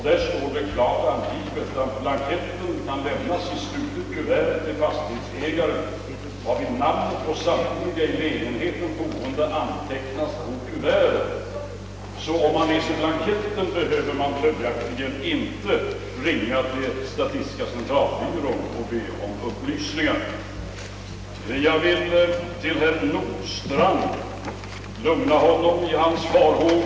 Där står: >Blanketten får lämnas i slutet kuvert till fastighetsägaren, varvid namnen på samtliga i lägenheten boende antecknas på kuvertet.> Om man läser dessa anvisningar behöver man verkligen inte ringa till statistiska centralbyrån och be om upplysningar. Jag vill ännu en gång lugna herr Nordstrandh i hans farhågor.